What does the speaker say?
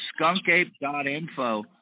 skunkape.info